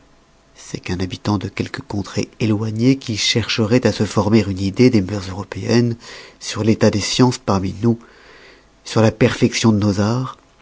c'est qu'un habitant de quelques contrées éloignées qui chercheroit à se former une idée des mœurs européennes sur l'état des sciences parmi nous sur la perfection de nos arts